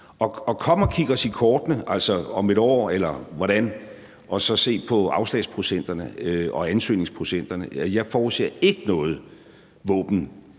Og kom og kig os i kortene om et år eller deromkring, og se så på afslagsprocenterne og ansøgningsprocenterne. Jeg forudser ikke noget